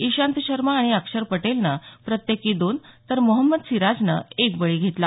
इशांत शर्मा आणि अक्षर पटेलनं प्रत्येकी दोन तर मोहम्मद सिराजनं एक बळी घेतला